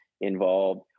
involved